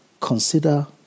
consider